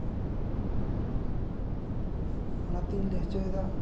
ᱚᱱᱟ ᱛᱤᱧ ᱞᱟᱹᱭ ᱦᱚᱪᱚᱭᱫᱟ